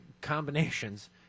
combinations